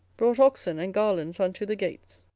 brought oxen and garlands unto the gates,